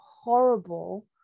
horrible